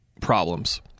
problems